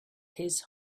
his